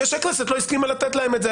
בגלל שהכנסת לא הסכימה לתת להם את זה,